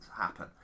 happen